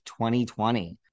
2020